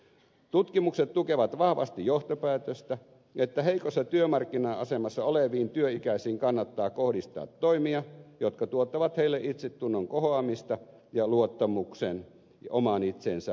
tutkimukset tukevat vahvasti johtopäätöstä että heikossa työmarkkina asemassa oleviin työikäisiin kannattaa kohdistaa toimia jotka tuottavat heille itsetunnon kohoamista ja luottamuksen palautumista omaan itseensä